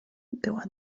była